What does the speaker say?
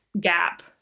gap